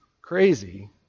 crazy